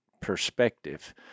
perspective